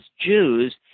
Jews